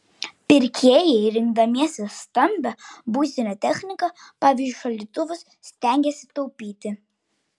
pirkėjai rinkdamiesi stambią buitinę techniką pavyzdžiui šaldytuvus stengiasi taupyti